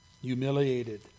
Humiliated